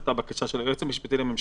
זאת הייתה בקשה של היועץ המשפטי לממשלה,